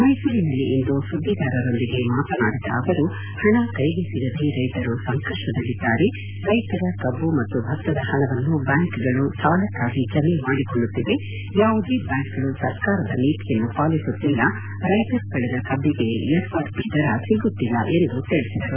ಮೈಸೂರುನಲ್ಲಿಂದು ಸುದ್ದಿಗಾರರೊಂದಿಗೆ ಮಾತನಾಡಿದ ಅವರು ಹಣ ಕೈಗೆ ಸಿಗದೇ ರೈತರು ಸಂಕಪ್ಪದಲ್ಲಿದ್ದಾರೆ ರೈತರ ಕಬ್ಬು ಮತ್ತು ಭತ್ತದ ಹಣವನ್ನು ಬ್ಯಾಂಕುಗಳು ಸಾಲಕ್ಷಾಗಿ ಜಮೆಮಾಡಿಕೊಳ್ಳುತ್ತಿವೆ ಯಾವುದೇ ಬ್ಯಾಂಕುಗಳು ಸರ್ಕಾರದ ನೀತಿಯನ್ನು ಪಾಲಿಸುತ್ತಿಲ್ಲ ರೈತರು ಬೆಳೆದ ಕಬ್ಬಗೆ ಎಫ್ ಆರ್ಪಿ ದರ ಸಿಗುತ್ತಿಲ್ಲ ಎಂದು ತಿಳಿಸಿದರು